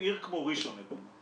עיר כמו ראשון לדוגמא,